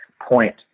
point